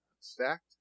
stacked